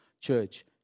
Church